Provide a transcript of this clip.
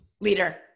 Leader